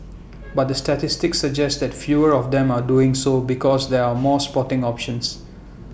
but the statistics suggest that fewer of them are doing so because there are more sporting options